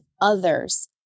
others